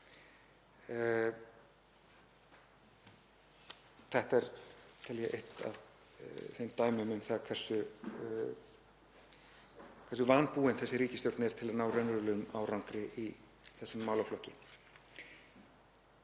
Þetta tel ég eitt af þeim dæmum um hversu vanbúin þessi ríkisstjórnin er til að ná raunverulegum árangri í þessum málaflokki.